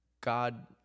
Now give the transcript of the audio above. God